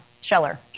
Scheller